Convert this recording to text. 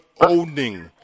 owning